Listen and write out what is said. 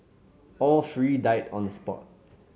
all three died on the spot